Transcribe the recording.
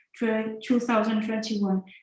2021